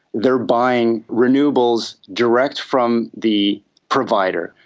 they are buying renewables direct from the provider.